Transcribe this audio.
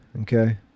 okay